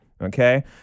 okay